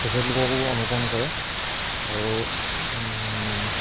তেখেতলোককো অনুসৰণ কৰে আৰু